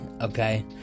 okay